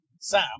Sam